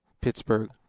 Pittsburgh